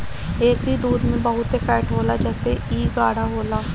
एकरी दूध में बहुते फैट होला जेसे इ गाढ़ होला